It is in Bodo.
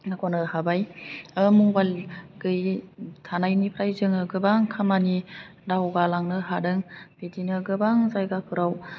दावगानो हाबाय मबाइल गैयै थानायनिफ्राय जोङो गोबां खामानि दावगालांनो हादों बिदिनो गोबां जायगाफोराव